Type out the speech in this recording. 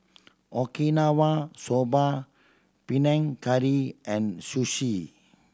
Okinawa Soba Panang Curry and Zosui